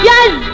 Yes